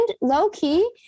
low-key